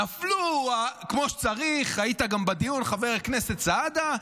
נפלו כמו שצריך, היית גם בדיון, חבר הכנסת סעדה,